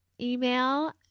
Email